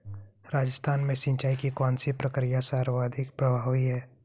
राजस्थान में सिंचाई की कौनसी प्रक्रिया सर्वाधिक प्रभावी है?